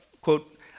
quote